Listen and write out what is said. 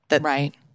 Right